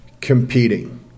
competing